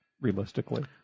realistically